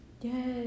Yes